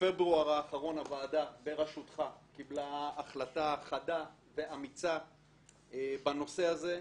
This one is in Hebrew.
בפברואר האחרון הוועדה בראשותך קיבלה החלטה חדה ואמיצה בנושא הזה,